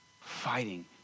Fighting